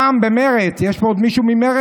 פעם במרצ, יש פה עוד מישהו ממרצ?